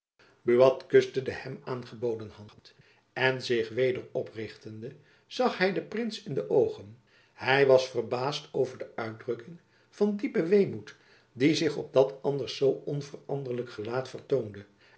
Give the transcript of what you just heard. buat kuste de hem aangeboden hand en zich weder oprichtende zag hy den prins in de oogen hy was verbaasd over de uitdrukking van diepen weemoed die zich op dat anders zoo onveranderlijk jacob van lennep elizabeth musch gelaat vertoonde